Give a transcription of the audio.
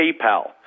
PayPal